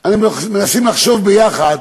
מנסים לחשוב יחד,